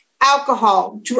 alcohol